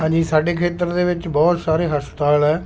ਹਾਂਜੀ ਸਾਡੇ ਖੇਤਰ ਦੇ ਵਿੱਚ ਬਹੁਤ ਸਾਰੇ ਹਸਪਤਾਲ ਹੈ